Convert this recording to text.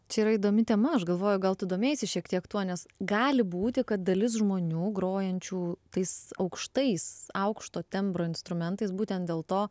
čia yra įdomi tema aš galvoju gal tu domėjaisi šiek tiek tuo nes gali būti kad dalis žmonių grojančių tais aukštais aukšto tembro instrumentais būtent dėl to